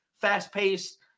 fast-paced